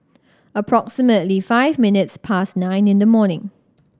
approximately five minutes past nine in the morning